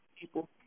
people